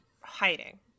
hiding